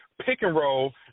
pick-and-roll